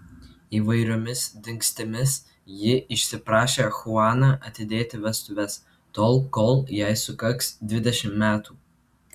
įvairiomis dingstimis ji išsiprašė chuaną atidėti vestuves tol kol jai sukaks dvidešimt metų